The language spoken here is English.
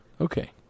Okay